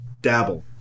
dabble